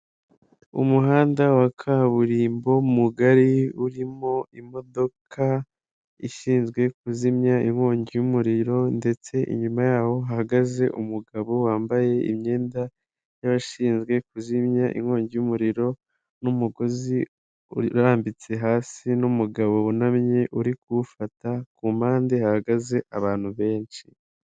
Umuhanda wa kaburimbo mugari urimo imodoka ishinzwe kuzimya inkongi y'umuriro ndetse inyuma yaho hahagaze umugabo wambaye imyenda y'abashinzwe kuzimya inkongi y'umuriro n'umugozi urambitse hasi n'umugabo wunamye uri kuwufata kumpande hahagaze abantu benshi.